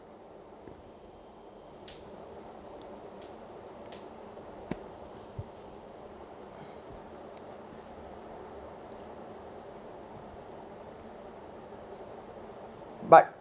but